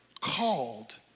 called